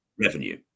revenue